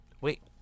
Wait